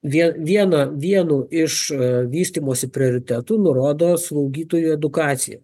vien vieną vienu iš vystymosi prioritetų nurodo slaugytojų edukaciją